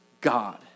God